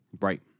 Right